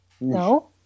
No